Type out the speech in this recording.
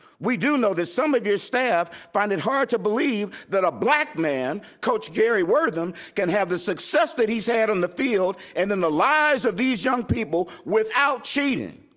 we do know that some of your staff find it hard to believe that a black man, coach gary wortham, can have the success that he's had on the field and in the lives of these young people without cheating.